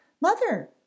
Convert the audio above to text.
Mother